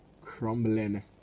crumbling